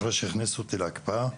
אחרי שהכניסו אותי להקפאה?